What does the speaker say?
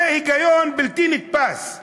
זה היגיון בלתי נתפס.